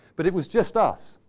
but it was just us.